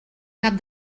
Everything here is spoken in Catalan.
cap